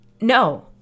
No